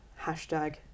hashtag